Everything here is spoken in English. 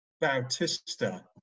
Bautista